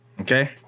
okay